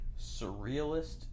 Surrealist